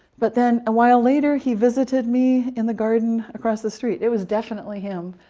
but then, a while later, he visited me in the garden across the street. it was definitely him.